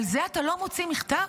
על זה אתה לא מוציא מכתב?